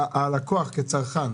והלקוח כצרכן